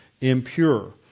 impure